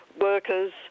workers